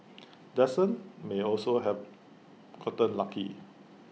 may also have gotten lucky